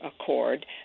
Accord